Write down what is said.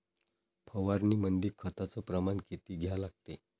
फवारनीमंदी खताचं प्रमान किती घ्या लागते?